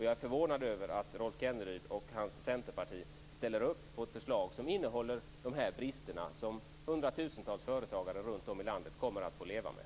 Jag är förvånad över att Rolf Kenneryd och Centerpartiet ställer upp på ett förslag innehåller de brister som hundratusentals företagare runt om i landet kommer att få leva med.